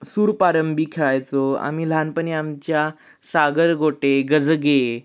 सुरपारंबी खेळायचो आम्ही लहानपणी आमच्या सागरगोटे गजगे